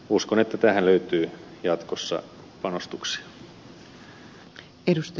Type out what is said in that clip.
uskon että tähän löytyy jatkossa panostuksia